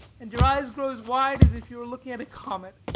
and your eyes grow as wide as if you were looking at a comet.